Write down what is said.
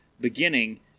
beginning